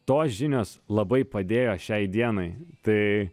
tos žinios labai padėjo šiai dienai tai